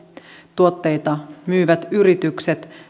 tuotteita myyvät yritykset